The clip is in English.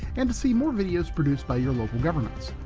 and to see more videos produced by your local governments.